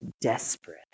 desperate